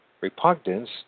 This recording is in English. repugnance